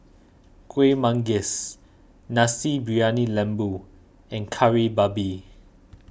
Kueh Manggis Nasi Briyani Lembu and Kari Babi